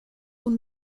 hon